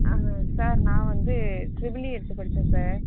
sir நான் வந்து triple E எடுத்து படித்தேன் சார்